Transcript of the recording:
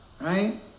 Right